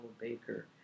Baker